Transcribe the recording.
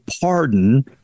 pardon